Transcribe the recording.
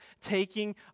taking